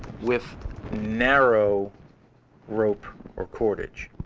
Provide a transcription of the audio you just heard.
with narrow rope or cordage.